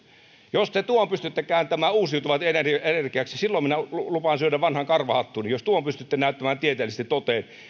jos te tuon pystytte kääntämään uusiutuvaksi energiaksi silloin minä lupaan syödä vanhan karvahattuni jos tuon pystytte näyttämään tieteellisesti toteen